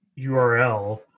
URL